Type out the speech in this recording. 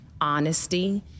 honesty